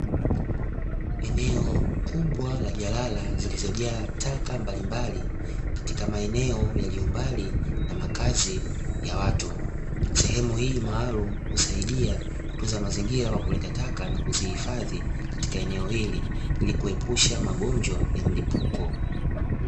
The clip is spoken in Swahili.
Eneo kubwa la jalala zilizojaa taka mbalimali katika maeneo yaliyo mbali na makazi ya watu, sehemu hii maalumu husaidia kutunza mazingira kwa kuleta taka na kuzihifadhi katika eneo hili ili kuepusha magonjwa ya mlipuko.